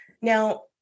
Now